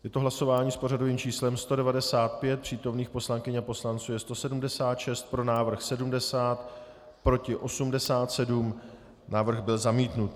Máme hlasování s pořadovým číslem 195, přítomných poslankyň a poslanců je 176, pro návrh 70, proti 87, návrh byl zamítnut.